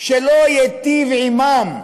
שלא ייטיב עמם,